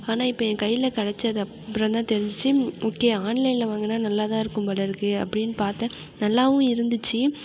ஆனால் இப்போ என் கையில் கெடைச்சது அப்புறம் தான் தெரிஞ்சிச்சு ஓகே ஆன்லைனில் வாங்கினா நல்லா தான் இருக்கும் போலிருக்கு அப்படின்னு பாத்தேன் நல்லாவும் இருந்துச்சு